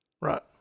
Right